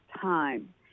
time